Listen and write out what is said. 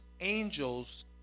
angels